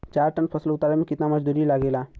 चार टन फसल उतारे में कितना मजदूरी लागेला?